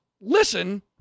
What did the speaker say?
listen